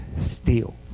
steal